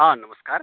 हँ नमस्कार